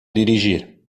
dirigir